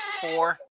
four